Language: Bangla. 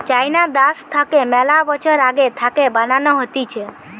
চাইনা দ্যাশ থাকে মেলা বছর আগে থাকে বানানো হতিছে